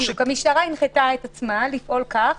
המשטרה הנחתה את עצמה לפעול כך.